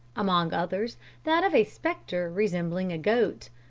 among others that of a spectre resembling a goat.